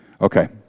Okay